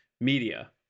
media